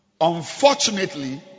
Unfortunately